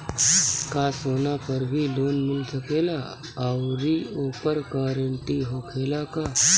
का सोना पर भी लोन मिल सकेला आउरी ओकर गारेंटी होखेला का?